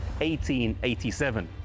1887